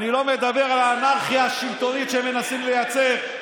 אני לא מדבר על האנרכיה השלטונית שמנסים לייצר.